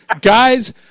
guys